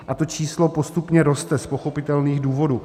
A to číslo postupně roste, z pochopitelných důvodů.